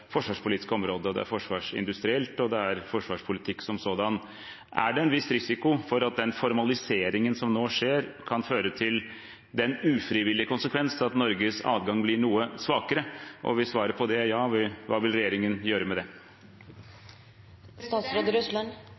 forsvarspolitiske området – det er forsvarsindustrielt, og det er forsvarspolitikk som sådan. Er det en viss risiko for at den formaliseringen som nå skjer, kan føre til den ufrivillige konsekvens at Norges adgang blir noe svakere? Og hvis svaret på det er ja, hva vil regjeringen gjøre med